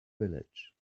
village